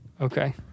Okay